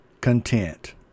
content